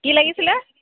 কি লাগিছিলে